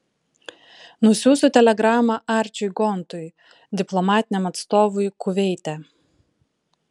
nusiųsiu telegramą arčiui gontui diplomatiniam atstovui kuveite